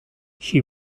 she